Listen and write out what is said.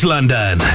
London